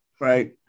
Right